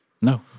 No